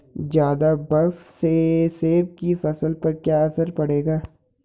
ज़्यादा बर्फ से सेब की फसल पर क्या असर पड़ेगा?